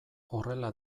horrela